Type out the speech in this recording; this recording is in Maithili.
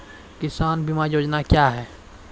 किसान बीमा योजना क्या हैं?